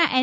ના એન